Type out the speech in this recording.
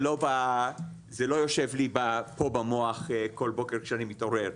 זה לא יושב לי פה במוח כל בוקר כשאני מתעורר.